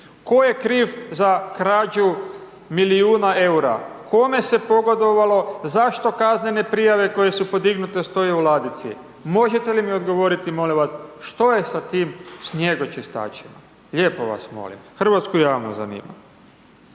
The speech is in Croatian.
Tko je kriv za krađu milijuna eura? Kome se pogodovalo, zašto kaznene prijave koje su podignute stoje u ladici? Možete li mi odgovoriti, molim vas, što je sa tim snjegočistačima? Lijepo vas molim, hrvatski javnost zanima.